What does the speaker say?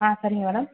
ஆ சரிங்க மேடம்